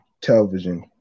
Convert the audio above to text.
television